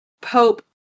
Pope